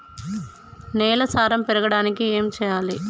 నేల సారం పెరగడానికి ఏం చేయాలి?